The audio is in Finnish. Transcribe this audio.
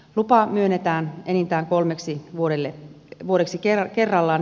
lupa myönnetään enintään kolmeksi vuodeksi kerrallaan